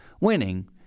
winning